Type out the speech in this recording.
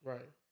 Right